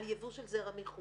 על יבוא של זרע מחו"ל.